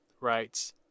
writes